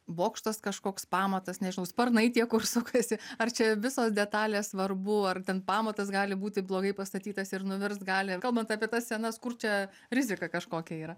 bokštas kažkoks pamatas nežinau sparnai tie kur sukasi ar čia visos detalės svarbu ar ten pamatas gali būti blogai pastatytas ir nuvirst gali kalbant apie tas senas kur čia rizika kažkokia yra